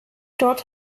dort